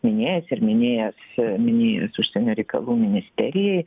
minėjęs ir minėjęs minėjęs užsienio reikalų ministerijai